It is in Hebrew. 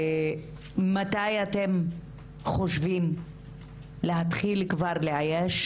מתי אתם חושבים להתחיל לאייש.